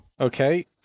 Okay